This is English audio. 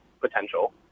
potential